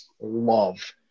love